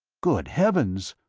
good heavens!